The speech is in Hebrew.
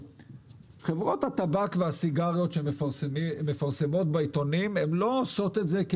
חברות הטבק והסיגריות שמפרסמות בעיתונים לא עושות את זה כי